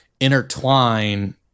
intertwine